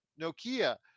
nokia